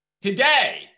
Today